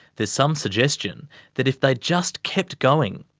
there's some suggestion that if they'd just kept going,